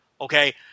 Okay